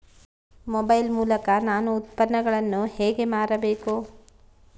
Mobile ಮೂಲಕ ನಾನು ಉತ್ಪನ್ನಗಳನ್ನು ಹೇಗೆ ಮಾರಬೇಕು?